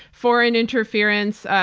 foreign interference,